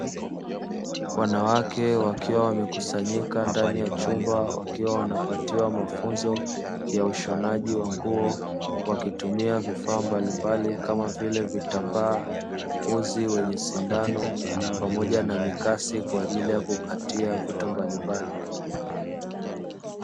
Wanawake wakiwa wamekusanyika ndani ya chumba wakiwa wanapatiwa mafunzo ya ushonaji wa nguo wakitumia vifaa mbalimbali kama vile vitambaa uzi wenye sindano pamoja na mikasi kwa ajili ya kukatia vitu mbalimbali.